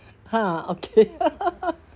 !huh! okay